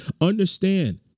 understand